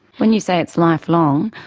when you say it's lifelong,